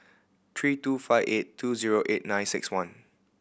three two five eight two zero eight nine six one